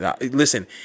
Listen